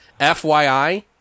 FYI